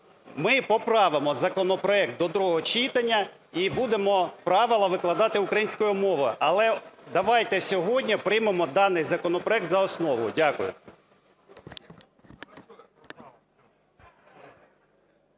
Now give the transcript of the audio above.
Ми поправимо законопроект до другого читання і будемо правила викладати українською мовою, але давайте сьогодні приймемо даний законопроект за основу. Дякую.